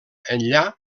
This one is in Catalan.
enllà